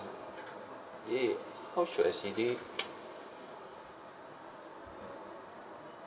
they how should I say they